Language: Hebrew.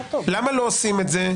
למה לא עושים את זה?